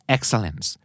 Excellence